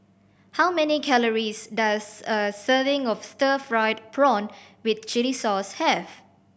how many calories does a serving of stir fried prawn with chili sauce have